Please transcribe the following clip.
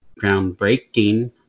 groundbreaking